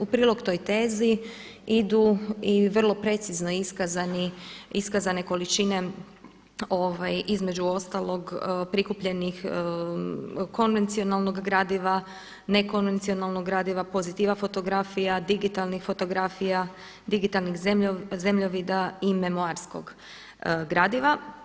U prilog toj tezi idu i vrlo precizno iskazane količine između ostalog prikupljenih, konvencionalnog gradiva, ne konvencionalnog gradiva, pozitiva fotografija, digitalnih fotografija, digitalnih zemljovida i memoarskog gradiva.